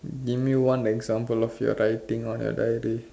give me one example of your writing on a diary